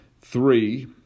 three